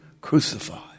crucified